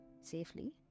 Safely